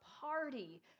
party